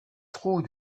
trou